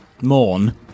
Morn